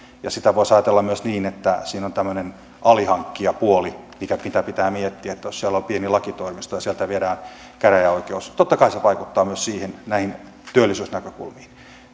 sitä voisi ajatella myös niin että siinä on tämmöinen alihankkijapuoli mitä pitää miettiä jos siellä on pieni lakitoimisto ja sieltä viedään käräjäoikeus niin totta kai se vaikuttaa myös näihin työllisyysnäkökulmiin